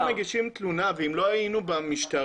אם לא היינו מגישים תלונה ואם לא היינו במשטרה,